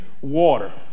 water